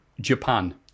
Japan